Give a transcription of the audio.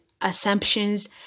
assumptions